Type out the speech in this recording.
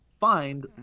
Find